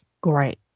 Great